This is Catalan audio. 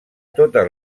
totes